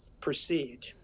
proceed